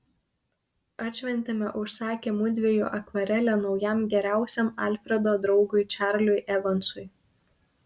atšventėme užsakę mudviejų akvarelę naujam geriausiam alfredo draugui čarliui evansui